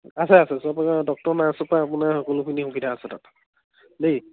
আছে আছে চব ডক্টৰ নাৰ্ছৰপৰা আপোনাৰ সকলোখিনি সুবিধা আছে তাত দেই